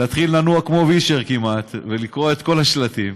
לנוע כמו וישר כמעט ולקרוא את כל השלטים,